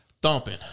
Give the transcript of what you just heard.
Thumping